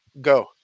go